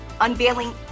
unveiling